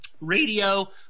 Radio